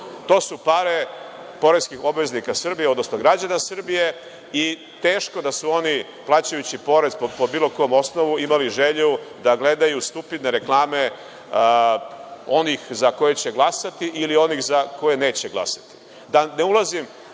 to su pare poreskih obveznika Srbije, odnosno građana Srbije. Teško da su oni, plaćajući porez po bilo kom osnovu, imali želju da gledaju stupidne reklame onih za koje će glasati ili onih za koje neće glasati. Da ne ulazim